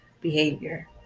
behavior